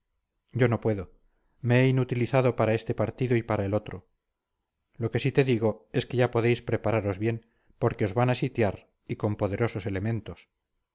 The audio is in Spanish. yo no puedo me he inutilizado para este partido y para el otro lo que sí te digo es que ya podéis prepararos bien porque os van a sitiar y con poderosos elementos